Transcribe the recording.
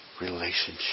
relationship